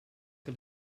que